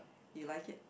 you like it